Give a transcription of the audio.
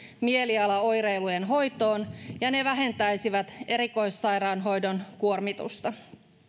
mielialaoireilujen hoitoon ja ne vähentäisivät erikoissairaanhoidon kuormitusta